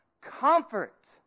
comfort